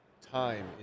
time